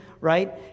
right